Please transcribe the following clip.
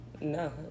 No